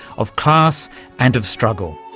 of class and of struggle.